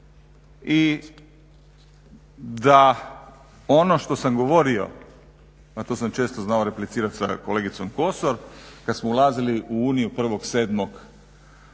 i da ono što sam govorio a to sam često znao replicirati sa kolegicom Kosor, kad smo ulazili u Uniju